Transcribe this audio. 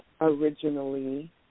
originally